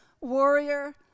warrior